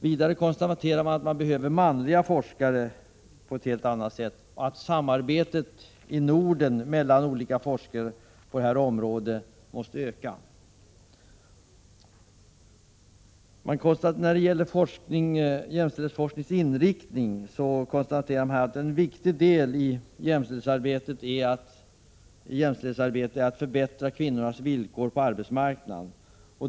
Vidare konstateras att det behövs manliga forskare på ett helt annat sätt än nu och att samarbetet i Norden mellan olika forskare på detta område måste öka. När det gäller jämställdhetsforskningens inriktning konstateras att en viktig del i jämställdhetsarbetet är att förbättra kvinnornas villkor på arbetsmarknaden.